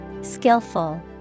Skillful